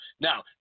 Now